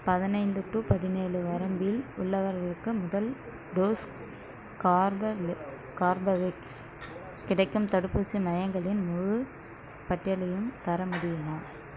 பதினைந்து டூ பதினேழு வரம்பில் உள்ளவர்களுக்கு முதல் டோஸ் கார்பவே கார்பவேக்ஸ் கிடைக்கும் தடுப்பூசி மையங்களின் முழு பட்டியலையும் தர முடியுமா